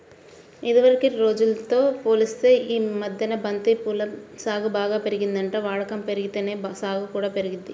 ఇదివరకటి రోజుల్తో పోలిత్తే యీ మద్దెన బంతి పూల సాగు బాగా పెరిగిందంట, వాడకం బెరిగితేనే సాగు కూడా పెరిగిద్ది